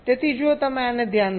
તેથી જો તમે આને ધ્યાનમાં લો